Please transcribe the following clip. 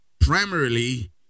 primarily